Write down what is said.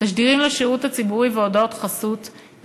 תשדירים לשירות הציבורי והודעות חסות,